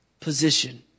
position